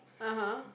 (uh huh)